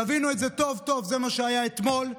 תבינו את זה טוב טוב, זה מה שהיה אתמול.